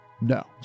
no